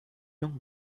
jung